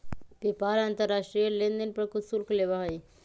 PayPal अंतर्राष्ट्रीय लेनदेन पर कुछ शुल्क लेबा हई